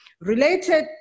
Related